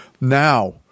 Now